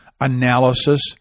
analysis